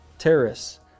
terrorists